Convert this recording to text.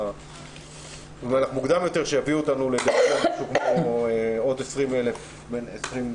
שיביאו אותנו לעוד 20,000 בדיקות,